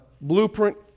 blueprint